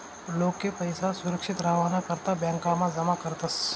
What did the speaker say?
लोके पैसा सुरक्षित रावाना करता ब्यांकमा जमा करतस